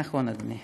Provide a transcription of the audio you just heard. נכון, אדוני.